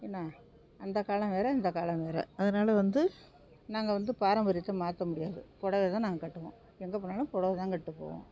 என்ன அந்த காலம் வேறு இந்த காலம் வேறு அதனால் வந்து நாங்கள் வந்து பாரம்பரியத்தை மாற்ற முடியாது புடவைதான் நாங்கள் கட்டுவோம் எங்கே போனாலும் புடவைதான் கட்டு போவோம்